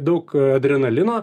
daug adrenalino